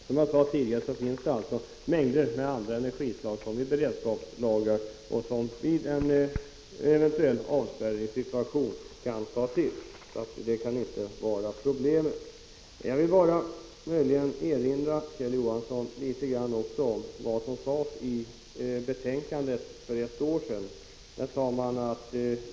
Som jag sade tidigare finns det alltså mängder av andra energislag som vi beredskapslagrar och som vi i en eventuell avspärrningssituation kan ta till, så det kan inte vara problemet. Jag vill möjligen också erinra Kjell Johansson om vad som sades i betänkandet för ett år sedan.